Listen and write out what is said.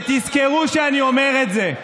ותזכרו שאני אומר את זה,